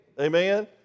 Amen